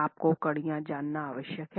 आपको कड़ियाँ जानना आवश्यक है